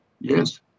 Yes